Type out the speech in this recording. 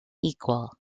equal